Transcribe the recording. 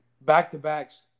back-to-backs